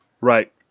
Right